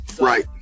right